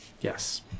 yes